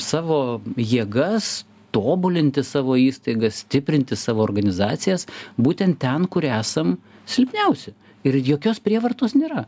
savo jėgas tobulinti savo įstaigas stiprinti savo organizacijas būtent ten kur esam silpniausi ir jokios prievartos nėra